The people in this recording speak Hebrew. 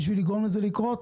בשביל לגרום לזה לקרות?